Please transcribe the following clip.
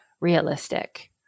realistic